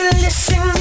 listen